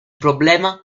problema